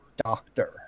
doctor